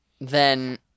then-